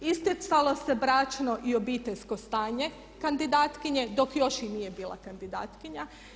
Isticalo se bračno i obiteljsko stanje kandidatkinje dok još i nije bila kandidatkinja.